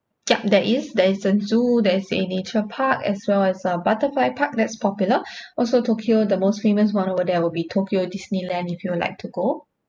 yup there is there is a zoo there is a nature park as well as a butterfly park that's popular also tokyo the most famous one over there will be tokyo disneyland if you would like to go